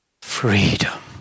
Freedom